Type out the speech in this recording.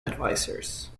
advisors